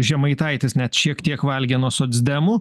žemaitaitis net šiek tiek valgė nuo socdemų